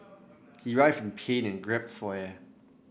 he writhed in pain and gasped for air